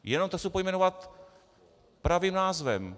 Jenom to chci pojmenovat pravým názvem.